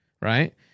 right